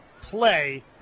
play